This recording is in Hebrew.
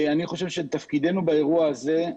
אני חושב שתפקידנו באירוע הזה,